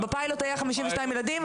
בפיילוט היו 52 ילדים.